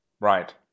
Right